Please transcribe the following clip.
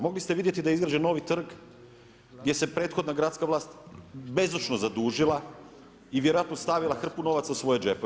Mogli ste vidjeti da je izgrađen novi trg gdje se prethodna gradska vlast bezočno zadužila i vjerojatno stavila hrpu novaca u svoje džepove.